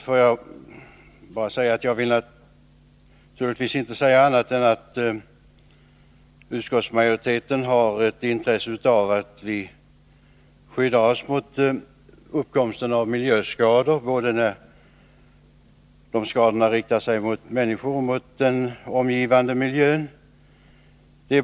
Fru talman! Utskottsmajoriteten har naturligtvis intresse av att vi skyddar oss mot uppkomsten av miljöskador, vare sig dessa skador riktar sig mot människor eller den omgivande miljön.